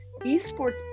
eSports